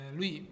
lui